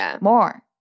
more